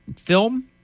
film